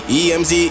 emz